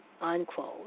unquote